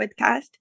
podcast